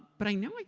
but i know. like